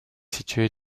situé